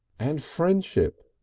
and friendship!